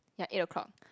ya eight o-clock